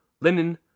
linen